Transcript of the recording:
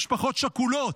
משפחות שכולות,